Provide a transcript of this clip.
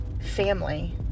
Family